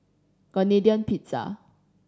Canadian Pizza